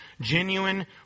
genuine